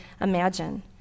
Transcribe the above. imagine